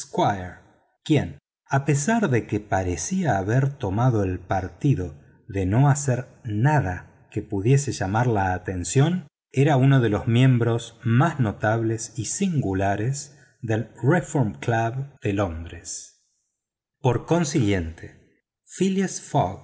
quien a pesar de que parecía haber tomado el partido de no hacer nada que pudiese llamar la atención era uno de los miembros más notables y singulares del reformclub de londres por consiguiente phileas